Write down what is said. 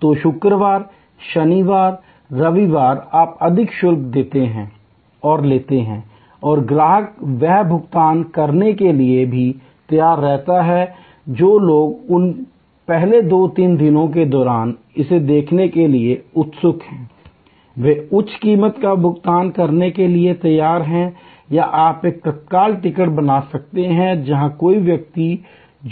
तो शुक्रवार शनिवार रविवार आप अधिक शुल्क लेते हैं और ग्राहक वह भुगतान करने के लिए तैयार हैं जो लोग उन पहले दो तीन दिनों के दौरान इसे देखने के लिए उत्सुक हैं वे उच्च कीमत का भुगतान करने के लिए तैयार हैं या आप एक तत्काल टिकट बना सकते हैं जहाँ कोई व्यक्ति